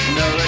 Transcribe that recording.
no